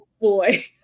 boy